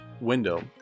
window